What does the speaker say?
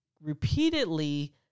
repeatedly